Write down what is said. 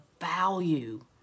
value